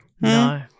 No